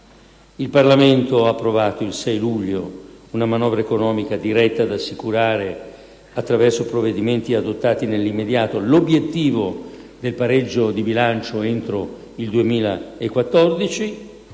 Il Parlamento ha approvato il 6 luglio una manovra economica diretta ad assicurare, attraverso provvedimenti adottati nell'immediato, l'obiettivo del pareggio di bilancio entro il 2014,